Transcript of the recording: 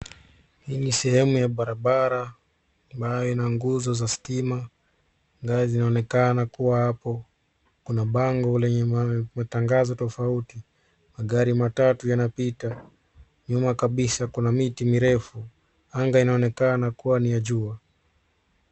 Hii ni sehemu ya barabara ambayo ina nguzo za stima, ngazi inaonekana kuwa hapo. Kuna bango lenye matangazo tofauti. Magari matatu yanapita. Nyuma kabisa kuna miti mirefu. Anga inaonekana kuwa ni wa jua.